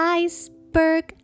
iceberg